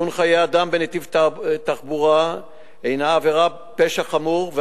סיכון חיי אדם בנתיב תחבורה הינו עבירת פשע חמור,